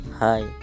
Hi